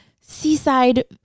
seaside